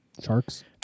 Sharks